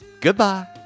Goodbye